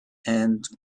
and